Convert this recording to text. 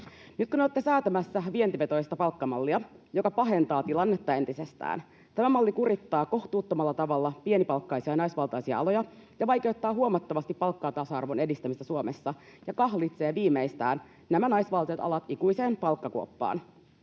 Nyt olette säätämässä vientivetoista palkkamallia, joka pahentaa tilannetta entisestään. Tämä malli kurittaa kohtuuttomalla tavalla pienipalkkaisia ja naisvaltaisia aloja, vaikeuttaa huomattavasti palkkatasa-arvon edistämistä Suomessa ja kahlitsee viimeistään nämä naisvaltaiset alat ikuiseen palkkakuoppaan.